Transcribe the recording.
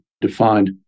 defined